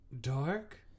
dark